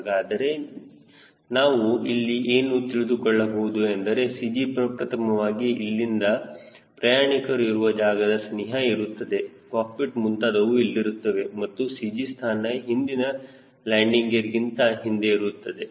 ಹಾಗಾದರೆ ನಾವು ಇಲ್ಲಿಏನು ತಿಳಿದುಕೊಳ್ಳಬಹುದು ಎಂದರೆ CG ಪ್ರಪ್ರಥಮವಾಗಿ ಇಲ್ಲಿ ಪ್ರಯಾಣಿಕರ ಇರುವ ಜಾಗದ ಸನಿಹ ಇರುತ್ತದೆ ಕಾಕ್ಪಿಟ್ ಮುಂತಾದವು ಇಲ್ಲಿರುತ್ತವೆ ಮತ್ತು CG ಸ್ಥಾನ ಹಿಂದಿನ ಲ್ಯಾಂಡಿಂಗ್ ಗೇರ್ ಗಿಂತ ಹಿಂದೆ ಇರುತ್ತದೆ